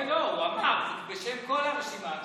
כן, הוא אמר, בשם כל הרשימה המשותפת.